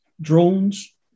drones